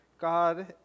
God